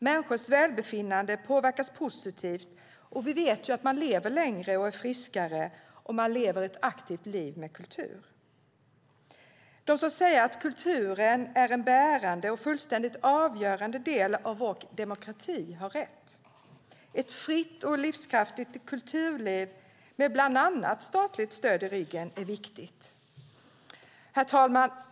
Människors välbefinnande påverkas positivt, och vi vet att man lever längre och är friskare om man lever ett aktivt liv med kultur. De som säger att kulturen är en bärande och fullständigt avgörande del av vår demokrati har rätt. Ett fritt och livskraftigt kulturliv, med bland annat statligt stöd i ryggen, är viktigt. Herr talman!